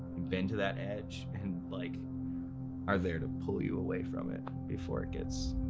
been to that edge, and like are there to pull you away from it before it gets